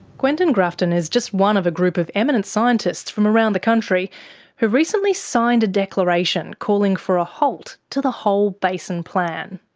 quentin grafton is just one of a group of eminent scientists from around the country who recently signed a declaration calling for a halt to the whole basin plan.